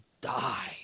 die